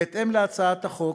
בהתאם להצעת החוק,